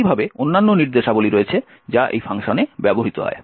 একইভাবে অন্যান্য নির্দেশাবলী রয়েছে যা এই ফাংশনে ব্যবহৃত হয়